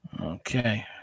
Okay